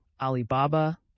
Alibaba